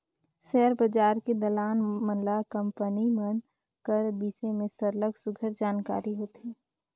share बजार के दलाल मन ल कंपनी मन कर बिसे में सरलग सुग्घर जानकारी होथे